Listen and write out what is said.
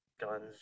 guns